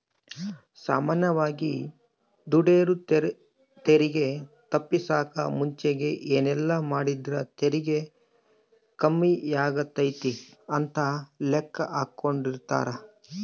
ಸಾಮಾನ್ಯವಾಗಿ ದುಡೆರು ತೆರಿಗೆ ತಪ್ಪಿಸಕ ಮುಂಚೆಗೆ ಏನೆಲ್ಲಾಮಾಡಿದ್ರ ತೆರಿಗೆ ಕಮ್ಮಿಯಾತತೆ ಅಂತ ಲೆಕ್ಕಾಹಾಕೆಂಡಿರ್ತಾರ